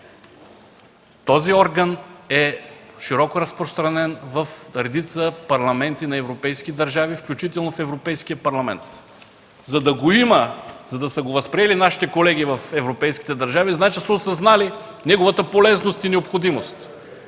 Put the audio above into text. този орган е широко разпространен в редица парламенти на европейски държави, включително в Европейския парламент. За да го има, за да са го възприели нашите колеги в европейските държави, значи са осъзнали неговата полезност и необходимост.